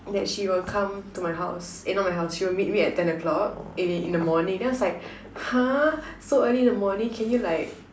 that she will come to my house eh not my house she will meet me at ten o clock in in the morning then I was like !huh! so early in the morning can you like